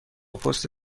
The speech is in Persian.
پست